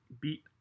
beat